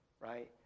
right